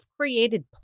created